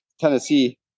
Tennessee